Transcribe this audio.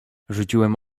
rzuciłem